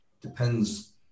Depends